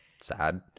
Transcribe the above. sad